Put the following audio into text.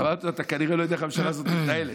אמרתי לו: אתה כנראה לא יודע איך הממשלה הזאת מתנהלת.